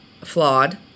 flawed